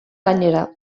gainera